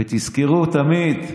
ותזכרו תמיד,